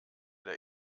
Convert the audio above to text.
der